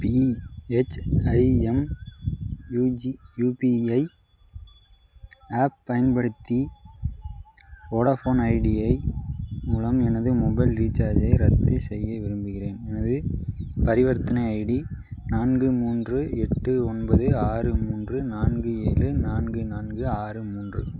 BHIM யுஜியுபிஐ app பயன்படுத்தி Vodafone ஐடியை மூலம் எனது மொபைல் ரீசார்ஜை ரத்துசெய்ய விரும்புகிறேன் எனது பரிவர்த்தனை ஐடி நான்கு மூன்று எட்டு ஒன்பது ஆறு மூன்று நான்கு ஏழு நான்கு நான்கு ஆறு மூன்று